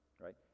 Right